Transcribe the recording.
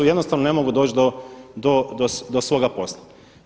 Jednostavno ne mogu doći do svoga posla.